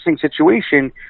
situation